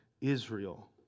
Israel